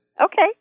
Okay